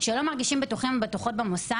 שלא מרגישים בטוחים במוסד,